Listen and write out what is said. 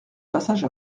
passage